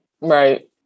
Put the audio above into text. Right